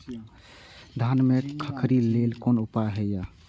धान में खखरी लेल कोन उपाय हय?